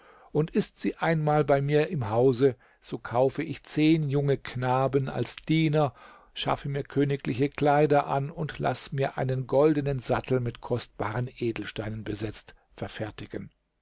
und ist sie einmal bei mir im hause so kaufe ich zehn junge knaben als diener schaffe mir königliche kleider an und laß mir einen goldenen sattel mit kostbaren edelsteinen besetzt verfertigen